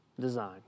design